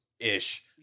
ish